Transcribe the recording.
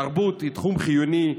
תרבות היא תחום חיוני,